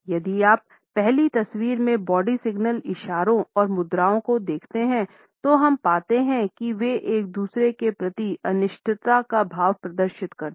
यदि आप पहली तस्वीर में बॉडी सिग्नल इशारों और मुद्राओं को देखते हैं तो हम पाते हैं कि वे एक दूसरे के प्रति अनिश्चितता का भाव प्रदर्शित करते हैं